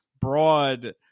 broad